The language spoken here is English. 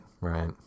right